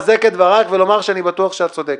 לי לחזק את דברייך ולומר שאני בטוח שאת צודקת.